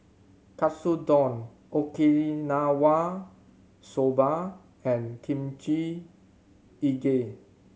Katsudon Okinawa Soba and Kimchi Jjigae